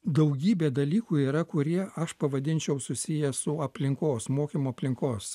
daugybė dalykų yra kurie aš pavadinčiau susiję su aplinkos mokymo aplinkos